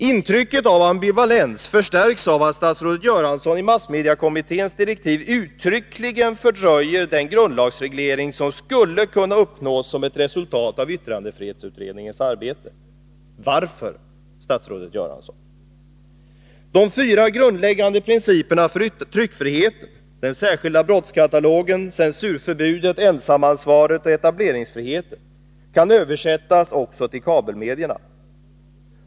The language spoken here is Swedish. Intrycket av ambivalens förstärks av att statsrådet Göransson i massmediekommitténs direktiv uttryckligen fördröjer den grundlagsreglering som skulle kunna uppnås som ett resultat av yttrandefrihetsutredningens arbete. Varför, statsrådet Göransson? De fyra grundläggande principerna för tryckfriheten — den särskilda brottskatalogen, censurförbudet, ensamansvaret och etableringsfriheten — kan översättas också till kabelmedierna.